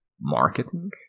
marketing